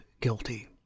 guilty